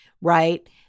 right